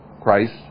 Christ